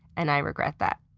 and i regret that.